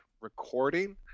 recording